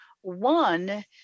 one